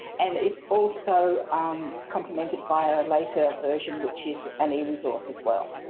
and it's also complemented by a later version which is an eresource as well.